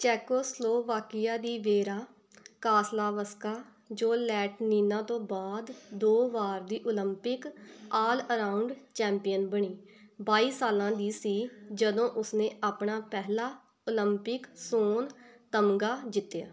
ਚੈਕੋਸਲੋਵਾਕੀਆ ਦੀ Vera Caslavska ਜੋ Latynina ਤੋਂ ਬਾਅਦ ਦੋ ਵਾਰ ਦੀ ਓਲੰਪਿਕ ਆਲ ਅਰਾਉਂਡ ਚੈਂਪੀਅਨ ਬਣੀ ਬਾਈ ਸਾਲਾਂ ਦੀ ਸੀ ਜਦੋਂ ਉਸਨੇ ਆਪਣਾ ਪਹਿਲਾ ਓਲੰਪਿਕ ਸੋਨ ਤਮਗਾ ਜਿੱਤਿਆ